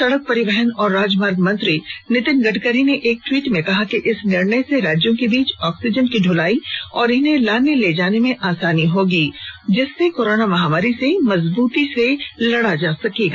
सड़क परिवहन और राजमार्ग मंत्री नितिन गडकरी ने एक ट्वीट में कहा कि इस निर्णय से राज्यों के बीच ऑक्सीजन की ढूलाई और इन्हें लाने ले जाने में आसानी होगी जिससे कोरोना महामारी से मजबूती से लड़ा जा सकेगा